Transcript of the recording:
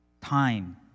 time